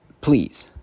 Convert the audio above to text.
please